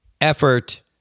effort